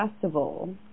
festival